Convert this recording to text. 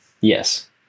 Yes